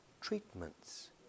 treatments